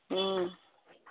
ও